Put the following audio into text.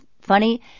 funny